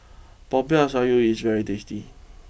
Popiah Sayur is very tasty